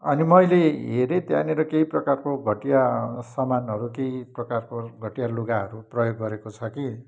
अनि मैले हेरेँ त्यहाँनिर केही प्रकारको घटिया सामानहरू केही प्रकारको घटिया लुगाहरू प्रयोग गरेको छ कि